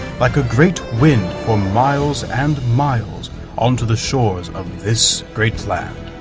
like a great wind, for miles and miles onto the shores of this great land.